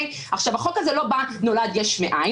עכשיו, החוק הזה לא נולד יש מאין.